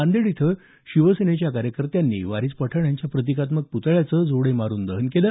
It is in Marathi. नांदेड इथं शिवसेनेच्या कार्यकर्त्यांनी वारीस पठाण यांच्या प्रतिकात्मक पुतळ्याचं जोडे मारून दहन केलं